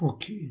ପକ୍ଷୀ